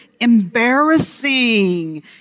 embarrassing